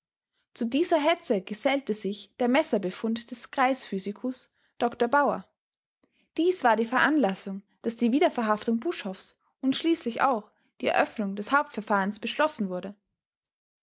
zu dieser hetze gesellte sich der messerbefund des kreisphysikus dr bauer dies war die veranlassung daß die wiederverhaftung buschhoffs und schließlich auch die eröffnung des hauptverfahrens beschlossen wurde